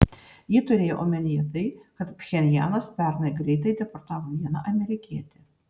ji turėjo omenyje tai kad pchenjanas pernai greitai deportavo vieną amerikietį